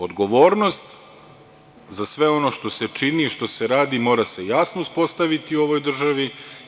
Odgovornost za sve ono što se čini i što se radi mora se jasno uspostaviti u ovoj državi.